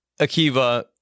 Akiva